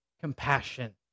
compassion